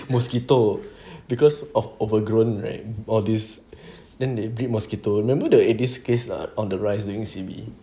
mosquito because of overgrown right all these then they bleed mosquito remember the this case lah on the rise during C_B